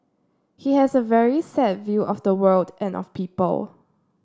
he has a very set view of the world and of people